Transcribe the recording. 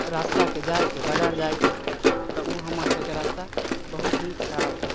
रस्ताके जाइके बजार जाइके तऽ ओ हमर सभके रस्ता बहुत ही खराब हय